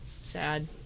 Sad